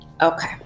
Okay